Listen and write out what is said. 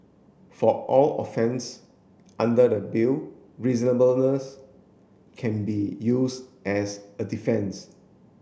for all offence under the Bill reasonableness can be use as a defence